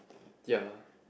ya